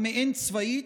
המעין-צבאית,